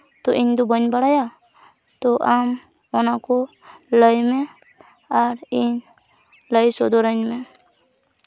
ᱛᱳ ᱤᱧᱫᱚ ᱵᱟᱹᱧ ᱵᱟᱲᱟᱭᱟ ᱛᱳ ᱟᱢ ᱚᱱᱟᱠᱚ ᱞᱟᱹᱭᱢᱮ ᱟᱨ ᱤᱧ ᱞᱟᱹᱭ ᱥᱚᱫᱚᱨᱟᱧ ᱢᱮ